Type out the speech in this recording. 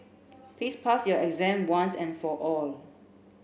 please pass your exam once and for all